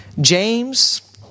James